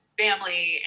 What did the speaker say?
family